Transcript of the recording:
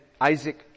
Isaac